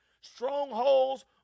strongholds